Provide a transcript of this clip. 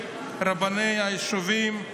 רבני יישובים,